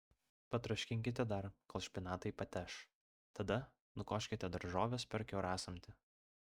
patroškinkite dar kol špinatai pateš tada nukoškite daržoves per kiaurasamtį